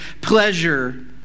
pleasure